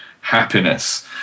happiness